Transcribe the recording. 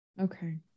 okay